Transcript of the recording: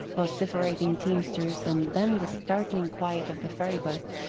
vociferating teamsters, and then the startling quiet of the ferry-boat,